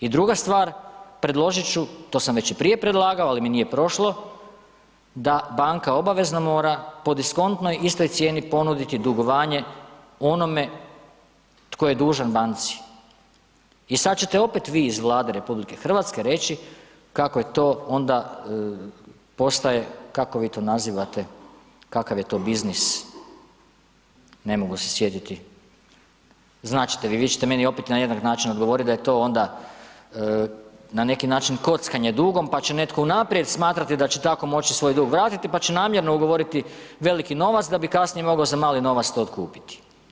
I druga stvar, predložit ću, to sam već i prije predlagao ali mi nije prošlo, da banka obavezno po diskontnoj istoj cijeni ponuditi dugovanje onome tko je dužan banci i sad ćete opet vi iz Vlade RH reći kako to onda postaje, kak vi to nazivate, kakav je to biznis, ne mogu se sjetiti, znat ćete vi, vi ćete meni opet na jednak način odgovorit da je to onda na neki način kockanje dugom pa će netko unaprijed smatrati da će tako moći svoj dug vratiti pa će namjerno ugovoriti veliki novac da bi kasnije mogao za mali novac to otkupiti.